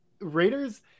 Raiders